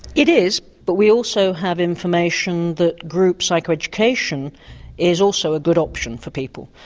it is but we also have information that group psycho education is also a good option for people.